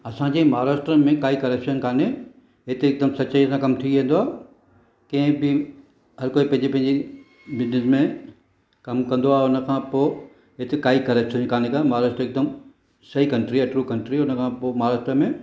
असां जे महाराष्ट्र में काई करप्शन कान्हे हिते हिकुदमि सच्चाई सां कमु थी वेंदो आ कंहिं बि हर को पंहिंजे पंहिंजे बिज़निस में कमु कंदो आहे हुन खां पोइ हिते काई करप्शन कान्हे का महाराष्ट्र हिकुदमि सही कन्ट्री आ ट्रू कंट्री हुन खां पोइ महाराष्ट्र में